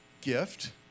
gift